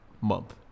month